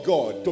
God